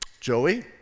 Joey